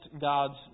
God's